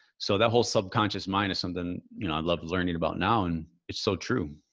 so that whole subconscious mind is something, you know, i love learning about now. and it's so true.